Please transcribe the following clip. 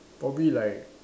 probably like